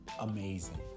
amazing